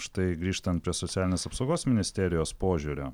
štai grįžtant prie socialinės apsaugos ministerijos požiūrio